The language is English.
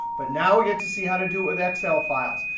but now we get to see how to do with excel files.